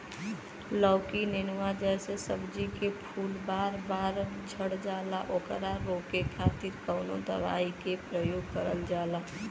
लौकी नेनुआ जैसे सब्जी के फूल बार बार झड़जाला ओकरा रोके खातीर कवन दवाई के प्रयोग करल जा?